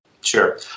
Sure